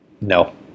No